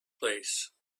place